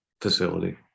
facility